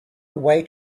away